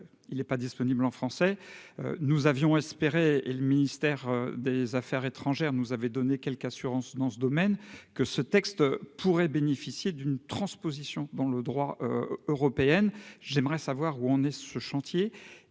il est pas disponible en français, nous avions espéré et le ministère des Affaires étrangères nous avait donné quelques assurances dans ce domaine que ce texte pourrait bénéficier d'une transposition dans le droit européenne, j'aimerais savoir où en est ce chantier,